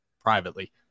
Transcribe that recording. privately